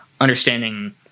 understanding